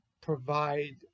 provide